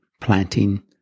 planting